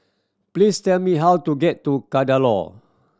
please tell me how to get to Kadaloor